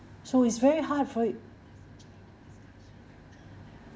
so it's very hard for it